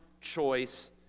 choice